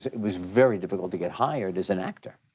it was very difficult to get hired as an actor,